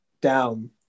down